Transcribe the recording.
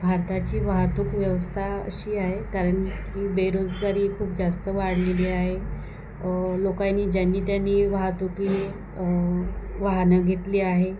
भारताची वाहतूक व्यवस्था अशी आहे कारण की बेरोजगारी खूप जास्त वाढलेली आहे लोकांनी ज्यांनी त्यांनी वाहतुकीने वाहनं घेतली आहे